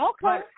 Okay